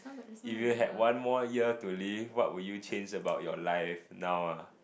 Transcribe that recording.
if you had one more year to live what would you change about your life now uh